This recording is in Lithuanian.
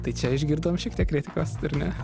tai čia išgirdom šiek tiek kritikos ar ne